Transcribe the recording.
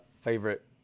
favorite